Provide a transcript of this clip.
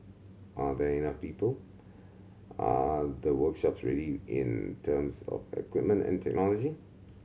are there enough people are the workshops ready in terms of a equipment and technology